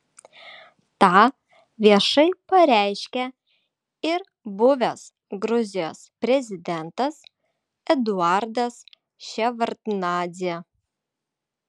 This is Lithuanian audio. tą viešai pareiškė ir buvęs gruzijos prezidentas eduardas ševardnadzė